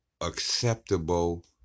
acceptable